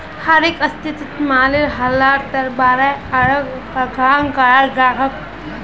हरेक स्थितित माली हालतेर बारे अलग प्रावधान कराल जाछेक